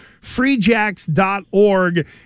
freejacks.org